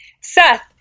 Seth